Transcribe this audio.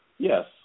Yes